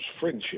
friendship